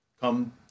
come